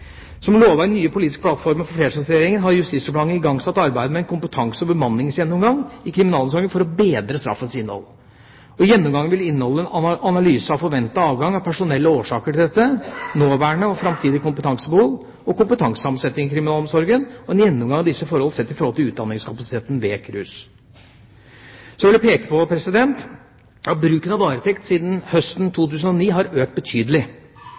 Som lovet i den nye politiske plattformen for flertallsregjeringa, har Justisdepartementet igangsatt arbeidet med en kompetanse- og bemanningsgjennomgang i kriminalomsorgen for å bedre straffens innhold. Gjennomgangen vil inneholde en analyse av forventet avgang av personell og årsaker til dette, nåværende og framtidig kompetansebehov og kompetansesammensetning i kriminalomsorgen, og en gjennomgang av disse forholdene sett i forhold til utdanningskapasiteten ved KRUS. Så vil jeg peke på at bruken av varetekt siden høsten 2009 har økt betydelig.